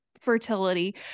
fertility